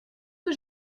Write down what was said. que